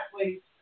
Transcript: athletes